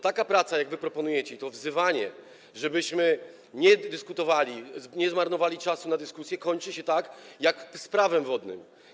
Taka praca, jaką wy proponujecie, to wzywanie, żebyśmy nie dyskutowali, nie marnowali czasu na dyskusje, kończy się tak, jak to było z Prawem wodnym.